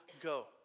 go